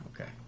Okay